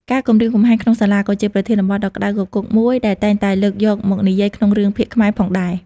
ការគំរាមកំហែង ក្នុងសាលា ក៏ជាប្រធានបទដ៏ក្ដៅគគុកមួយដែលតែងតែលើកយកមកនិយាយក្នុងរឿងភាគខ្មែរផងដែរ។